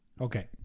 okay